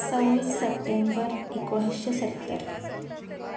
सव्वीस सप्टेंबर एकोणीसशे सत्तर